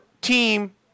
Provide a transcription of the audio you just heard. team